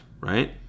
right